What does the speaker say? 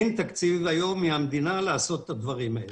אין היום תקציב מהמדינה לעשות את הדברים האלה.